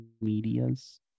medias